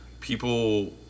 people